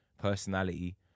personality